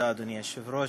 אדוני היושב-ראש,